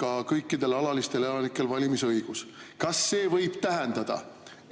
ka kõikidel alalistel elanikel valimisõigus. Kas see võib tähendada,